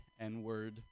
N-word